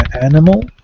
animal